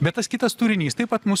bet tas kitas turinys taip pat mus